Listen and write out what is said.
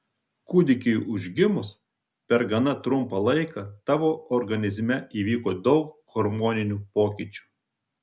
kūdikiui užgimus per gana trumpą laiką tavo organizme įvyko daug hormoninių pokyčių